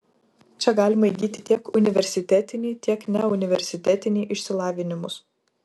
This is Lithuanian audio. čia galima įgyti tiek universitetinį tiek neuniversitetinį išsilavinimus